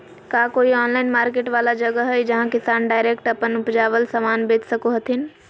का कोई online market वाला जगह हइ जहां किसान डायरेक्ट अप्पन उपजावल समान बेच सको हथीन?